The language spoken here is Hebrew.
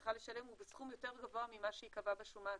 צריכה לשלם הוא בסכום יותר גבוה ממה שייקבע בשומה העצמית,